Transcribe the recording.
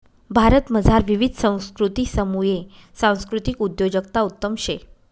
भारतमझार विविध संस्कृतीसमुये सांस्कृतिक उद्योजकता उत्तम शे